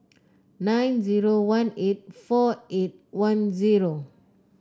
nine zero one eight four eight one zero